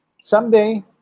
someday